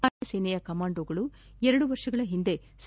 ಭಾರತೀಯ ಸೇನೆಯ ಕಮಾಂಡೋಗಳು ಎರಡು ವರ್ಷದ ಹಿಂದೆ ಸೆ